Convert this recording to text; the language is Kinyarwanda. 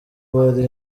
bari